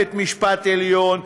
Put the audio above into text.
בית המשפט העליון,